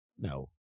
No